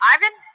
Ivan